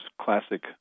classic